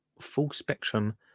full-spectrum